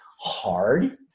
hard